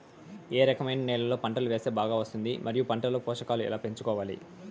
ఏ రకమైన నేలలో పంట వేస్తే బాగా వస్తుంది? మరియు పంట లో పోషకాలు ఎలా పెంచుకోవాలి?